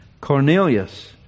Cornelius